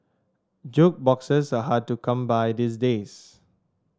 jukeboxes are hard to come by these days